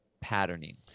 patterning